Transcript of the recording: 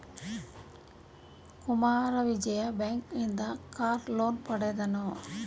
Kumara Vijaya bank ಇಂದ car loan ಪಡೆದನು